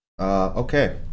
okay